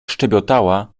szczebiotała